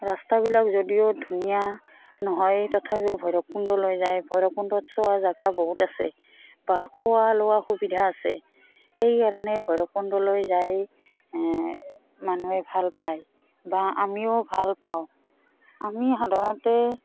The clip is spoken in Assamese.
ৰাস্তাবিলাক যদিও ধুনীয়া নহয় তথাপিও ভৈৰকুণ্ডলৈ যায় ভৈৰৱকুণ্ডত চোৱা জেগা বহুত আছে বা খোৱা লোৱা সুবিধা আছে সেইকাৰণে ভৈৰৱকুণ্ডলৈ যাই মানুহে ভাল পায় বা আমিও ভাল পাওঁ আমি সাধাৰণতে